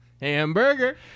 Hamburger